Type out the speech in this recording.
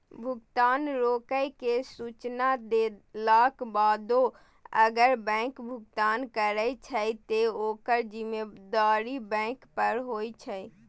भुगतान रोकै के सूचना देलाक बादो अगर बैंक भुगतान करै छै, ते ओकर जिम्मेदारी बैंक पर होइ छै